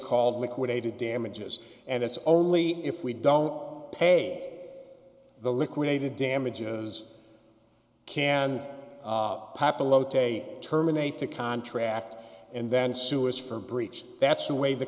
called liquidated damages and that's only if we don't pay the liquidated damages can happen low today terminate the contract and then sue is for breach that's the way the